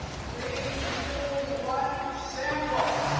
three, two, one, sample!